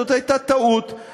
זאת הייתה טעות,